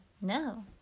No